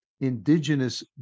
indigenous